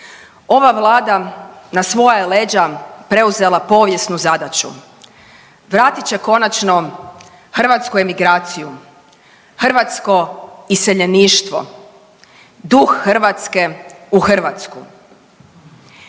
ova Vlada na svoja je leđa preuzela povijesnu zadaću. Vratit će konačno hrvatsku emigraciju, hrvatsko iseljeništvo, duh Hrvatske u Hrvatsku.